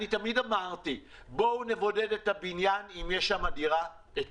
תמיד אמרתי: בואו נבודד את הבניין אם יש שם דירה שיש בה תחלואה,